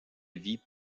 vie